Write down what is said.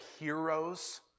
heroes